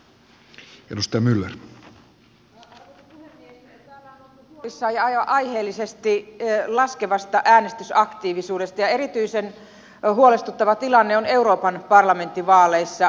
täällä on oltu huolissaan ja aivan aiheellisesti laskevasta äänestysaktiivisuudesta ja erityisen huolestuttava tilanne on euroopan parlamenttivaaleissa